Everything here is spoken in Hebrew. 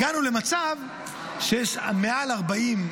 הגענו למצב שיש מעל 42,